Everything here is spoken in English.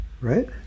right